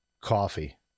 Coffee